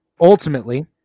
ultimately